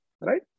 right